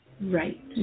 Right